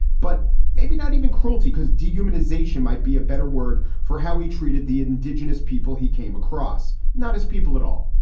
but maybe not even cruelty, because dehumanization might be a better word for how he treated the indigenous people he came across, not as people at all.